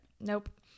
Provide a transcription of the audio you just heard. Nope